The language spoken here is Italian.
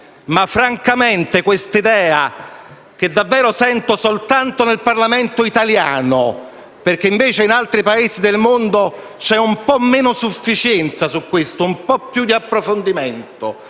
Ma francamente questa idea, che davvero sento soltanto nel Parlamento italiano perché in altri Paesi del mondo vi è un po' meno sufficienza su questo e un po' più di approfondimento,